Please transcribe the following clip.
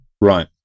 Right